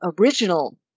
original